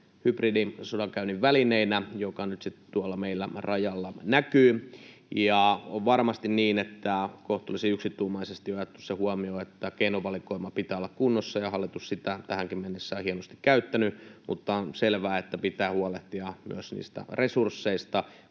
hybridisodankäynnin välineinä, mikä nyt sitten meillä tuolla rajalla näkyy. On varmasti niin, että kohtuullisen yksituumaisesti on otettu huomioon se, että keinovalikoiman pitää olla kunnossa, ja hallitus sitä tähänkin mennessä on hienosti käyttänyt. Mutta on selvää, että pitää huolehtia myös resursseista,